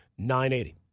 980